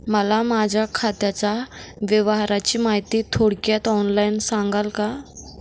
मला माझ्या खात्याच्या व्यवहाराची माहिती थोडक्यात ऑनलाईन सांगाल का?